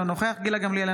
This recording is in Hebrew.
אינו נוכח גילה גמליאל,